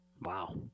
Wow